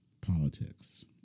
politics